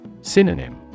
Synonym